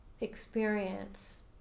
experience